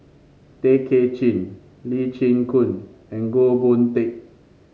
Tay Kay Chin Lee Chin Koon and Goh Boon Teck